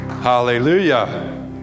Hallelujah